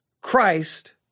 Christ